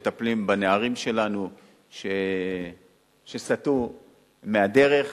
מטפלים בנערים שלנו שסטו מהדרך,